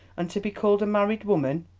and to be called a married woman,